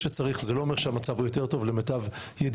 זה לא אומר שהמצב הוא יותר טוב - למיטב ידיעתי,